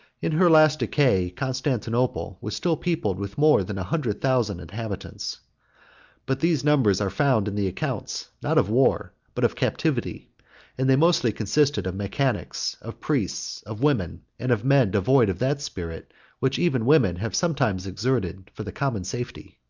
in her last decay, constantinople was still peopled with more than a hundred thousand inhabitants but these numbers are found in the accounts, not of war, but of captivity and they mostly consisted of mechanics, of priests, of women, and of men devoid of that spirit which even women have sometimes exerted for the common safety.